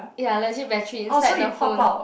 ya legit battery inside the phone